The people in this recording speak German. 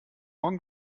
morgen